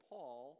Paul